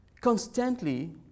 constantly